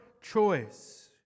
choice